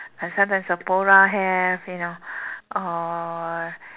like sometime Sephora have you know or